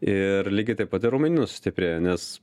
ir lygiai taip pat ir raumenynas sustiprėja nes